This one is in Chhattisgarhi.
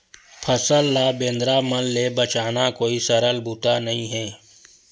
फसल ल बेंदरा मन ले बचाना कोई सरल बूता नइ हे